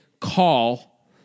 call